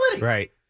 Right